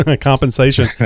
compensation